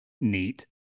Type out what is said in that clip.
neat